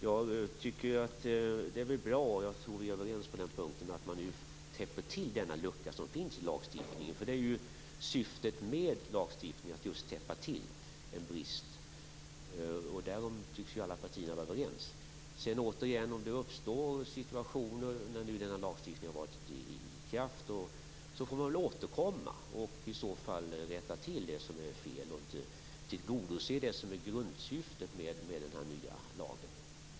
Jag tycker att det är bra. Jag tror att vi är överens om att täppa till den lucka som finns i lagstiftningen. Syftet med lagstiftningen är just att täppa till en brist. Därom tycks alla partier vara överens. Om det uppstår situationer när denna lagstiftning har varit i kraft får man återkomma och rätta till det som är fel och tillgodose det som är grundsyftet med den nya lagen.